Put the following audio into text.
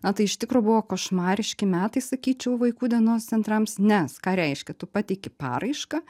na tai iš tikro buvo košmariški metai sakyčiau vaikų dienos centrams nes ką reiškia tu pateiki paraišką